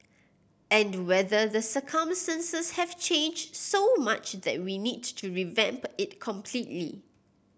and whether the circumstances have changed so much that we need to revamp it completely